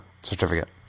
certificate